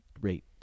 rate